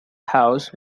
house